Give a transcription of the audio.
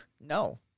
no